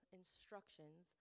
instructions